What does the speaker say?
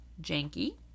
janky